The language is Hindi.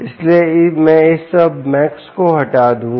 इसलिए मैं इस शब्द मैक्स को हटा दूंगा